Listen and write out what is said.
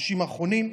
בחודשים האחרונים: